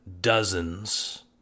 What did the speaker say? dozens